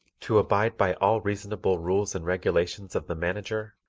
to abide by all reasonable rules and regulations of the manager,